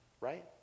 Right